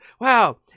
Wow